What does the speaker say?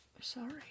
sorry